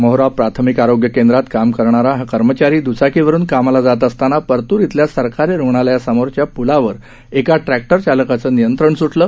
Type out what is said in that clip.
मोहोरा प्राथमिक आरोग्य केंद्रात काम करणारा हा कर्मचारी दुचाकीवरून कामाला जात असताना परतूर इथल्या सरकारी रुग्णालया समोरच्या प्लावर एका ट्रॅक्टर चालकाचं नियंत्रण सुटलं